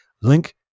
link